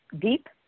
deep